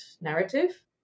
narrative